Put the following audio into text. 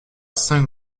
saint